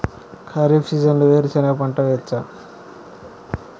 ఖరీఫ్ సీజన్లో వేరు శెనగ పంట వేయచ్చా?